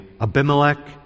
Abimelech